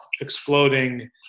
exploding